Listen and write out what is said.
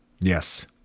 yes